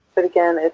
but again,